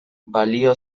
balio